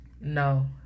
No